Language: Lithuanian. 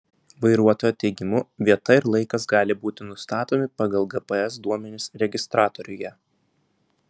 vairuotojo teigimu vieta ir laikas gali būti nustatomi pagal gps duomenis registratoriuje